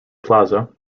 plaza